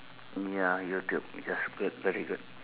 ya YouTube yes good very good